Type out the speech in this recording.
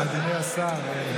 אדוני השר.